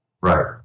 Right